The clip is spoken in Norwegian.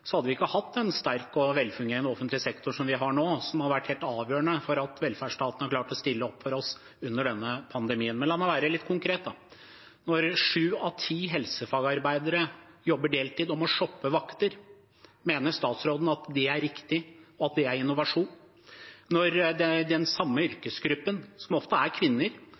hadde vi ikke hatt en sterk og velfungerende offentlig sektor, som vi har nå, og som har vært helt avgjørende for at velferdsstaten har klart å stille opp for oss under denne pandemien. Men la meg være litt konkret: Når sju av ti helsefagarbeidere jobber deltid og må shoppe vakter, mener statsråden det er riktig – at det er innovasjon? Når den samme yrkesgruppen, som ofte er kvinner,